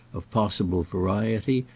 of possible variety,